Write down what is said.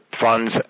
funds